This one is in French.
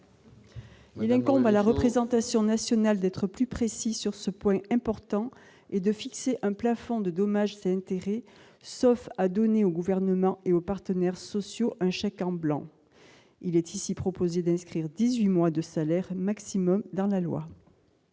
Il incombe à la représentation nationale d'être plus précise sur ce point important et de fixer un plafond de dommages et intérêts, sauf à donner au Gouvernement et aux partenaires sociaux un chèque en blanc. Il est en l'occurrence proposé d'inscrire un plafond de dix-huit mois de salaire dans la loi.